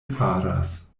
faras